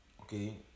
okay